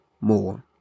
more